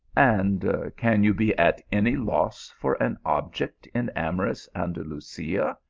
and can you be at any loss for an object in am orous andalusia,